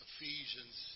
Ephesians